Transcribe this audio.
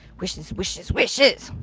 wishes wishes wishes.